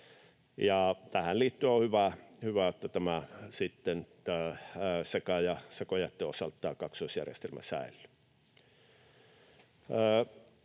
tähän liittyen on hyvä, että seka- ja sakojätteen osalta tämä kaksoisjärjestelmä säilyy.